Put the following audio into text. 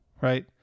right